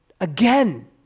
again